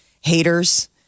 haters